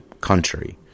country